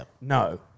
No